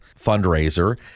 fundraiser